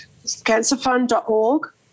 cancerfund.org